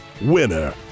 winner